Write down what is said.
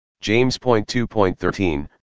James.2.13